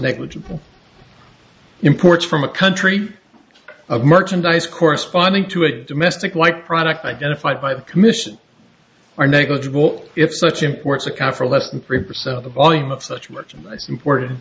negligible imports from a country of merchandise corresponding to a domestic white product identified by the commission are negligible if such imports account for less than three percent of the volume of such merchandise import